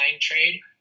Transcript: trade